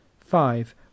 Five